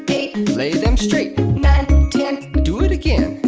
eight lay them straight nine, ten do it again